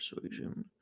persuasion